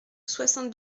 soixante